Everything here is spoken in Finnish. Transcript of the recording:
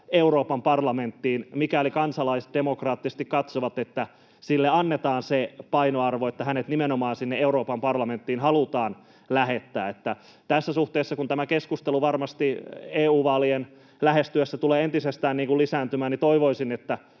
Euroopan parlamenttiin, mikäli kansalaiset demokraattisesti katsovat, että sille annetaan se painoarvo, että hänet nimenomaan sinne Euroopan parlamenttiin halutaan lähettää. Tässä suhteessa, kun tämä keskustelu varmasti EU-vaalien lähestyessä tulee entisestään lisääntymään, toivoisin, että